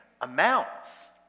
amounts